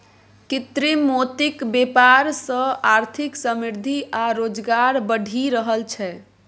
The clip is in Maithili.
कृत्रिम मोतीक बेपार सँ आर्थिक समृद्धि आ रोजगार बढ़ि रहल छै